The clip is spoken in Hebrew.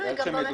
תלוי גם במפקח.